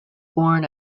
born